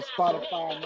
Spotify